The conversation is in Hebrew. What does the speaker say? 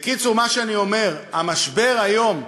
בקיצור, מה שאני אומר: את המשבר היום,